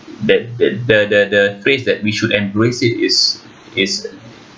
that that the the the phrase that we should embrace it is is